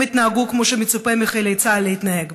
הם התנהגו כמו שמצופה מחיילי צה"ל להתנהג,